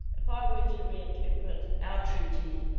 if i were to reinterpret our treaty,